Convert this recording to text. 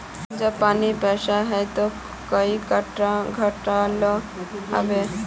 जब पानी पैसा हाँ ते कई टका घंटा लो होबे?